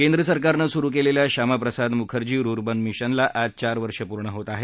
केंद्र सरकारनं सुरु केलेल्या श्यामाप्रसाद मुखर्जी रुबंन मिशनला आज चार वर्ष पूर्ण होत आहेत